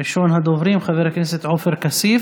ראשון הדוברים, חבר הכנסת עופר כסיף.